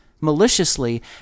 maliciously